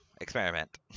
Experiment